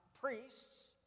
priests